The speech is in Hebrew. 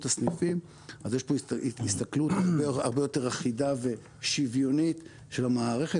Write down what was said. הסניפים יש פה הסתכלות הרבה יותר אחידה ושוויונית של המערכת.